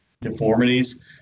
deformities